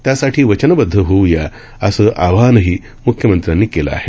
त्यासाठी वचनबद्ध होऊया असं आवाहनही मुख्यमंत्र्यांनी केलं आहे